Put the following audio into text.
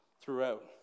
throughout